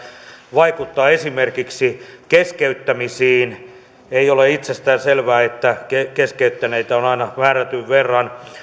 vaikuttaa esimerkiksi keskeyttämisiin ei ole itsestäänselvää että keskeyttäneitä on aina määrätyn verran